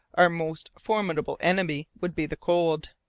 our most formidable enemy would be the cold,